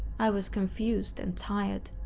i was confused and tired.